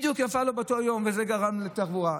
בדיוק יצא לו באותו יום, וזה גרם לתחבורה.